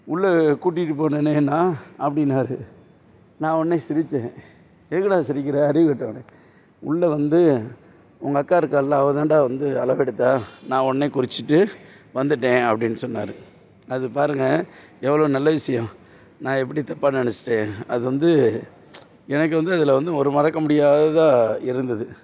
உள்ளே கூட்டிட்டுப் போனேனே நான் அப்படின்னாரு நான் உடனே சிரிச்சேன் எதுக்குடா சிரிக்கிற அறிவு கெட்டவனே உள்ளே வந்து உங்கள் அக்கா இருக்கால்ல அவள்தான்டா வந்து அளவெடுத்தாள் நான் உடனே குறிச்சிட்டு வந்துட்டேன் அப்படின்னு சொன்னார் அது பாருங்கள் எவ்வளோ நல்ல விஷியம் நான் எப்படி தப்பா நெனச்சிட்டேன் அது வந்து எனக்கு வந்து அதில் வந்து ஒரு மறக்க முடியாததாக இருந்தது